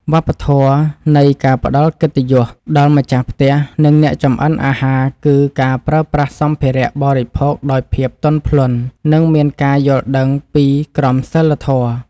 វប្បធម៌នៃការផ្តល់កិត្តិយសដល់ម្ចាស់ផ្ទះនិងអ្នកចម្អិនអាហារគឺការប្រើប្រាស់សម្ភារៈបរិភោគដោយភាពទន់ភ្លន់និងមានការយល់ដឹងពីក្រមសីលធម៌។